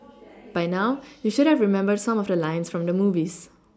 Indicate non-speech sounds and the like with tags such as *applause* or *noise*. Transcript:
*noise* by now you should have remembered some of the lines from the movies